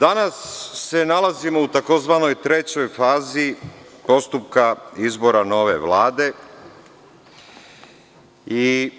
Danas se nalazimo u tzv. trećoj fazi postupka izbora nove Vlade i